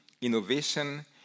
innovation